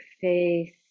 face